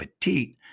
petite